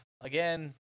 again